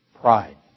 Pride